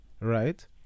right